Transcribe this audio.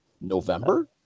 November